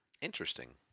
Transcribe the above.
Interesting